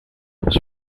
was